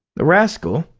the rascal,